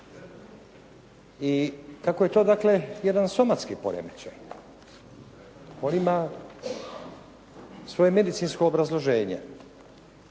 i kako je to dakle jedan somatski poremećaj on ima svoje medicinsko obrazloženje.